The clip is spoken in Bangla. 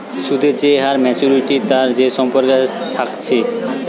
সুদের যে হার আর মাচুয়ারিটির মধ্যে যে সম্পর্ক থাকছে থাকছে